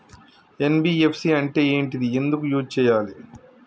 NBFC అంటే ఏంటిది ఎందుకు యూజ్ చేయాలి?